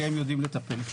כי הם יודעים לטפל.